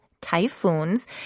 typhoons